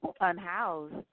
unhoused